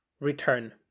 return